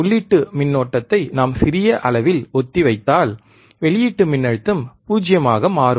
உள்ளீட்டு மின்னோட்டத்தை நாம் சிறிய அளவில் ஒத்திவைத்தால் வெளியீட்டு மின்னழுத்தம் 0 ஆக மாறும்